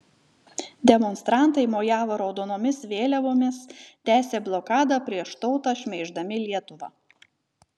demonstrantai mojavo raudonomis vėliavomis tęsė blokadą prieš tautą šmeiždami lietuvą